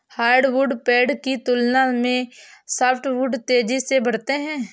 hardwood पेड़ की तुलना में सॉफ्टवुड तेजी से बढ़ते हैं